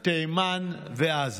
בתימן ובעזה.